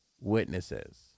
witnesses